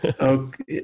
Okay